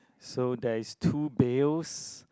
so there is two bales